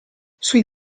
sui